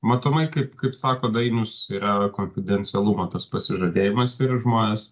matomai kaip kaip sako dainius yra konfidencialumo pasižadėjimas ir žmonės